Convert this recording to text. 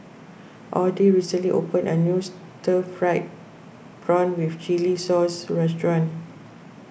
Audy recently opened a new Stir Fried Prawn with Chili Sauce restaurant